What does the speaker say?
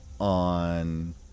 on